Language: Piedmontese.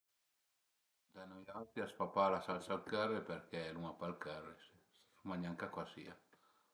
Da nui auti as fa pa la salsa al curry perché l'uma pa ël curry, savuma gnanca co a sìa